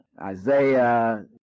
Isaiah